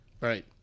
Right